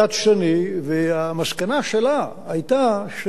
המסקנה שלה היתה שלא יהיה מחסור.